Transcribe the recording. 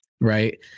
right